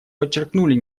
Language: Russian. подчеркнули